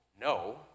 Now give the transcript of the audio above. no